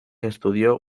estudió